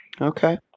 Okay